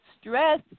stress